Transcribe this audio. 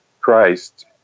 Christ